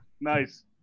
Nice